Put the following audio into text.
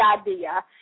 idea